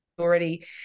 already